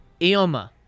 ioma